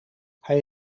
hij